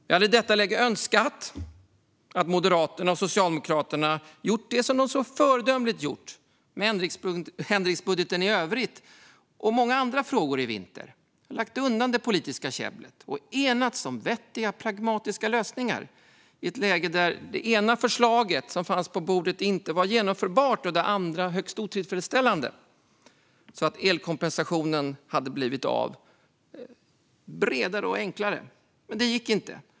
Jag hade i detta läge önskat att Moderaterna och Socialdemokraterna hade gjort det som de så föredömligt gjort med ändringsbudgeten i övrigt och många andra frågor i vinter: lagt undan det politiska käbblet och enats om vettiga, pragmatiska lösningar i ett läge där det ena förslaget som fanns på bordet inte var genomförbart och det andra högst otillfredsställande, så att elkompensationen hade blivit bredare och enklare. Men det gick inte.